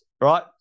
right